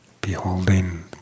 beholding